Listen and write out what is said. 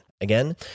Again